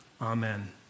Amen